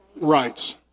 Rights